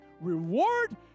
reward